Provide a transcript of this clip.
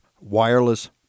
wireless